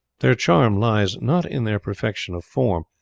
their charm lies, not in their perfection of form,